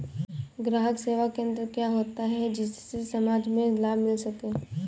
ग्राहक सेवा केंद्र क्या होता है जिससे समाज में लाभ मिल सके?